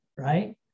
right